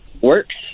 works